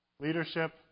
Leadership